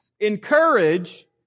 encourage